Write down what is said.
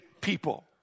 people